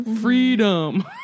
freedom